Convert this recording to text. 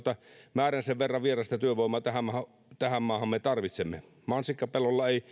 määränsä verran vierasta työvoimaa tähän maahan tähän maahan me tarvitsemme mansikkapellolla